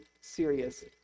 serious